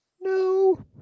No